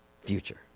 future